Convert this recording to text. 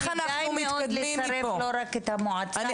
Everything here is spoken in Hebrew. כדאי מאוד לצרף לא רק את המועצה,